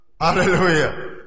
Hallelujah